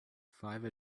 five